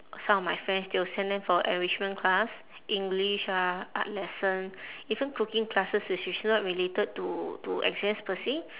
some of my friends still send them for enrichment class english ah art lesson even cooking classes which is not related to to exams per se